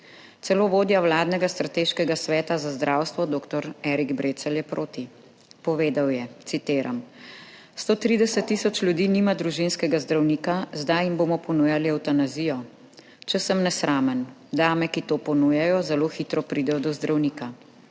Celo vodja vladnega Strateškega sveta za zdravstvo dr. Erik Brecelj je proti. Povedal je, citiram: »130 tisoč ljudi nima družinskega zdravnika, zdaj jim bomo ponujali evtanazijo. Če sem nesramen, dame, ki to ponujajo, zelo hitro pridejo do zdravnika.